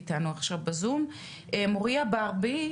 שלום למוריה ברבי,